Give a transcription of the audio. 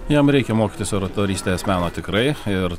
jam reikia mokytis oratorystės meno tikrai ir